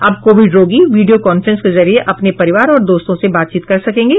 अब कोविड रोगी video conference के जरिए अपने परिवार और दोस्तों से बातचीत कर सकेंगे